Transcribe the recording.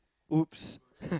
!oops!